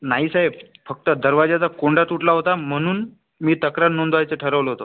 नाही साहेब फक्त दरवाजाचा कोंडा तुटला होता म्हणून मी तक्रार नोंदवायचं ठरवलं होतं